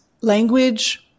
language